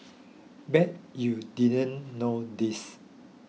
bet you didn't know this